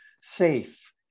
safe